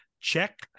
check